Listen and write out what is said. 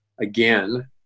again